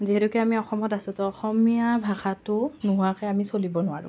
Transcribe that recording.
যিহেতুকে আমি অসমত আছোঁ ত' অসমীয়া ভাষাটো নোহোৱাকৈ আমি চলিব নোৱাৰোঁ